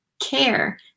care